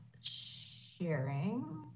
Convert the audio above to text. sharing